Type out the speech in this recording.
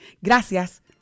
Gracias